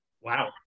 Wow